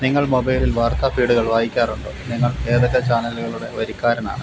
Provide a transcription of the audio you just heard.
നിങ്ങള് മൊബൈലില് വാര്ത്താഫീഡ്കള് വായിക്കാറുണ്ടോ നിങ്ങള് ഏതെക്കെ ചാനലുകളുടെ വരിക്കാരനാണ്